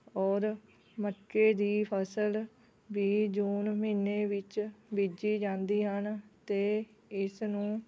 ਔਰ ਮੱਕੇ ਦੀ ਫਸਲ ਵੀ ਜੂਨ ਮਹੀਨੇ ਵਿੱਚ ਬੀਜੀ ਜਾਂਦੀ ਹਨ ਅਤੇ ਇਸ ਨੂੰ